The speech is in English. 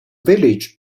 village